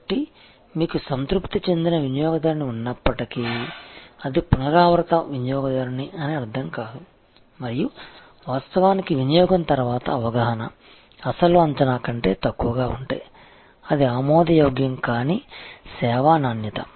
కాబట్టి మీకు సంతృప్తి చెందిన వినియోగదారుని ఉన్నప్పటికీ అది పునరావృత వినియోగదారుని అని అర్ధం కాదు మరియు వాస్తవానికి వినియోగం తర్వాత అవగాహన అసలు అంచనా కంటే తక్కువగా ఉంటే అది ఆమోదయోగ్యం కాని సేవా నాణ్యత